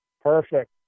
Perfect